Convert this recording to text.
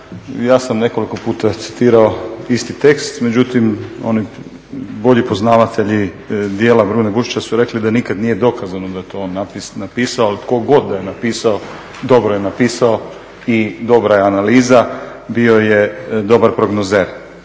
ja sam nekoliko puta citirao isti tekst, međutim oni bolji poznavatelji djela Brune Bušića su rekli da nikad nije dokazano da je to on napisao, ali tko god da je napisao dobro je napisao i dobra je analiza, bio je dobar prognozer.